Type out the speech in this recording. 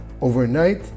overnight